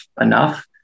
enough